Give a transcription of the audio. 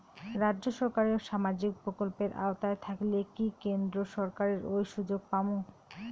রাজ্য সরকারের সামাজিক প্রকল্পের আওতায় থাকিলে কি কেন্দ্র সরকারের ওই সুযোগ পামু?